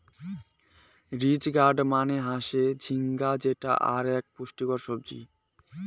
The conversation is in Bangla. রিজ গার্ড মানে হসে ঝিঙ্গা যেটো আক পুষ্টিকর সবজি